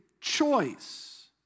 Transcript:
choice